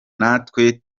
natwe